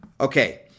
Okay